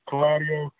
Claudio